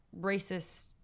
racist